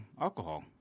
alcohol